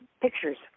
pictures